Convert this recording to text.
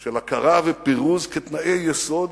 של הכרה ושל פירוז כתנאי יסוד.